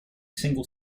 single